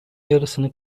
yarısını